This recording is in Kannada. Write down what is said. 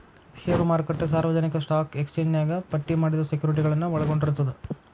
ಷೇರು ಮಾರುಕಟ್ಟೆ ಸಾರ್ವಜನಿಕ ಸ್ಟಾಕ್ ಎಕ್ಸ್ಚೇಂಜ್ನ್ಯಾಗ ಪಟ್ಟಿ ಮಾಡಿದ ಸೆಕ್ಯುರಿಟಿಗಳನ್ನ ಒಳಗೊಂಡಿರ್ತದ